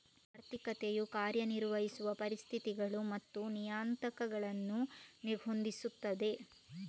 ಆರ್ಥಿಕತೆಯು ಕಾರ್ಯ ನಿರ್ವಹಿಸುವ ಪರಿಸ್ಥಿತಿಗಳು ಮತ್ತು ನಿಯತಾಂಕಗಳನ್ನು ಹೊಂದಿಸುತ್ತದೆ